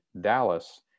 Dallas